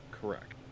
correct